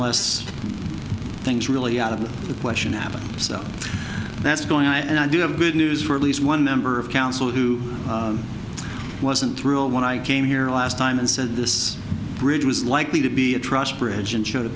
unless things really out of the question happen so that's going on and i do have good news for at least one member of council who wasn't thrilled when i came here last time and said this bridge was likely to be a truss bridge and show